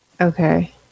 Okay